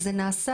זה נעשה,